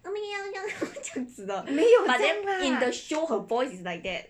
这样子的 but then in the show her voice is like that